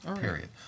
period